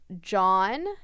John